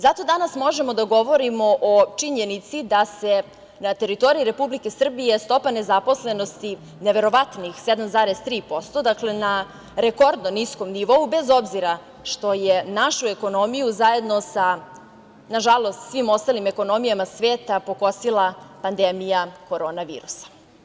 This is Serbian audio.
Zato možemo danas da govorimo o činjenici da je na teritoriji Republike Srbije stopa nezaposlenosti neverovatnih 7,3%, dakle na rekordno niskom nivou bez obzira što je našu ekonomiju, zajedno sa nažalost svim ostalim ekonomijama sveta pokosila pandemija korona virusa.